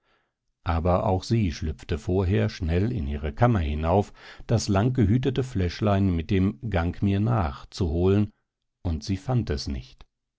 aber auch sie schlüpfte vorher schnell in ihre kammer hinauf das lang gehütete fläschlein mit dem gang mir nach zu holen und sie fand es nicht